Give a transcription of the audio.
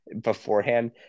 beforehand